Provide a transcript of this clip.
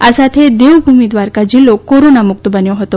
આ સાથે દેવભૂમિ દ્વારકા જિલ્લો કોરોના મુક્ત બન્યો હતો